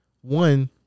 one